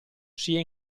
sia